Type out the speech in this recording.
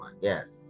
yes